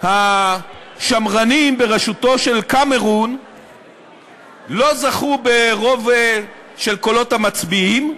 השמרנים בראשותו של קמרון לא זכו ברוב של קולות המצביעים,